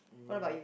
what about you